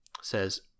Says